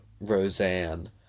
Roseanne